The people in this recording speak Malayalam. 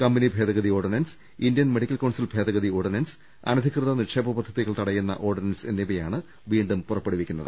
കമ്പനി ഭേദഗതി ഓർഡിനൻസ് ഇന്ത്യൻ മെഡിക്കൽ കൌൺസിൽ ഭേദഗതി ഓർഡിനൻസ് അനധികൃത നിക്ഷേപ പദ്ധ തികൾ തടയുന്ന ഓർഡിനൻസ് എന്നിവയാണ് വീണ്ടും പുറപ്പെടു വിക്കുന്നത്